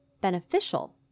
beneficial